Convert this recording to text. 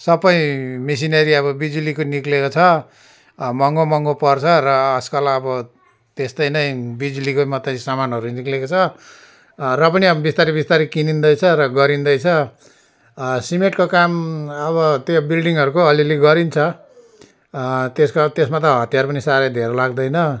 सबै मेसिनेरी अब बिजुलीको निक्लिएको छ महँगो महँगो पर्छ र आजकल अब त्यस्तै नै बिजुलीको मात्रै सामानहरू निक्लिएको छ र पनि अब बिस्तारी बिस्तारी किनिँदैछ र गरिँदैछ सिमेन्टको काम अब त्यो बिल्डिङहरूको अलिअलि गरिन्छ त्यसको त्यसमा त हतियार पनि साह्रै धेर लाग्दैन